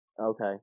Okay